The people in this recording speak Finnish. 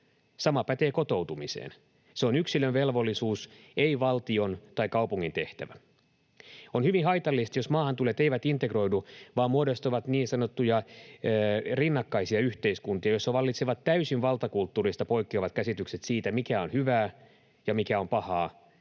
Sama pätee kotoutumiseen. Se on yksilön velvollisuus, ei valtion tai kaupungin tehtävä. On hyvin haitallista, jos maahan tulleet eivät integroidu vaan muodostavat niin sanottuja rinnakkaisia yhteiskuntia, joissa vallitsee täysin valtakulttuurista poikkeavat käsitykset siitä, mikä on hyvää ja mikä on pahaa,